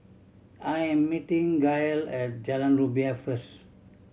I'm meeting Gail at Jalan Rumbia first